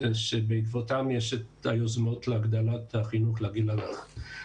בעקבותיהן יש את היוזמות להגדלת החינוך לגיל הרך.